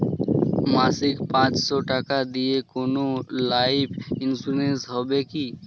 মাসিক পাঁচশো টাকা দিয়ে কোনো লাইফ ইন্সুরেন্স হবে কি?